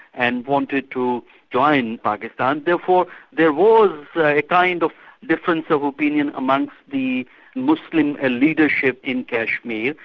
and wanted to join pakistan. therefore there was a kind of difference of opinion amongst the muslim ah leadership in kashmir,